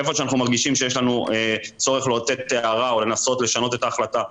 איפה שאנחנו מרגישים שיש לנו צורך לאותת הערה או לנסות לשנות את ההחלטה,